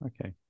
Okay